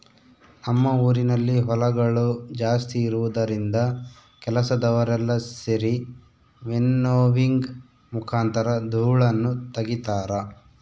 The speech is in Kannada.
ನಮ್ಮ ಊರಿನಲ್ಲಿ ಹೊಲಗಳು ಜಾಸ್ತಿ ಇರುವುದರಿಂದ ಕೆಲಸದವರೆಲ್ಲ ಸೆರಿ ವಿನ್ನೋವಿಂಗ್ ಮುಖಾಂತರ ಧೂಳನ್ನು ತಗಿತಾರ